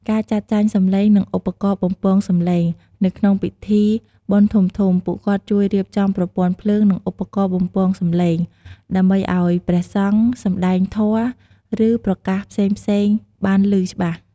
ការជួយទុកដាក់ស្បែកជើង នៅពេលចូលទៅក្នុងសាលាឆាន់ ឬព្រះវិហារ ភ្ញៀវត្រូវដោះស្បែកជើង។